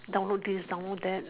download this download that